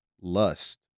lust